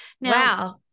Wow